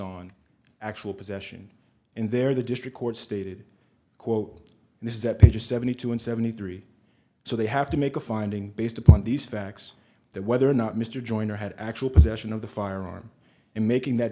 on actual possession and there the district court stated quote and this is that page seventy two and seventy three so they have to make a finding based upon these facts that whether or not mr joyner had actual possession of the firearm in making that